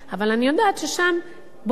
אבל אני יודעת ששם בודקים,